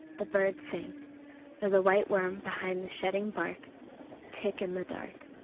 the bird sing or the white worm behind the shedding bark tick in the dark.